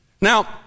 Now